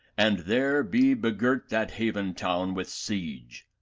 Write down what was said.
and there be begirt that haven town with siege.